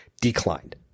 Declined